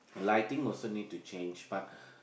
lightning also need to change but